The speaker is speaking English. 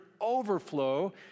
overflow